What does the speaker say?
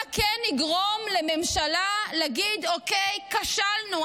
מה כן יגרום לממשלה להגיד אוקיי, כשלנו.